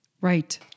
Right